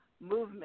movement